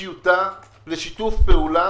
טיוטה לשיתוף פעולה,